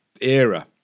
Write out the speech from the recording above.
era